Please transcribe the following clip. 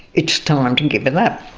it's time to give it up.